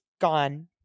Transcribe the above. gone